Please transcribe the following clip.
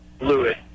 Lewis